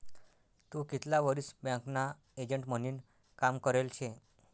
तू कितला वरीस बँकना एजंट म्हनीन काम करेल शे?